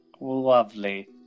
Lovely